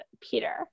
Peter